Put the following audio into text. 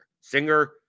Singer